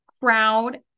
crowd